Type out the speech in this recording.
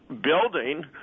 building